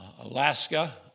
Alaska